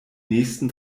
nächsten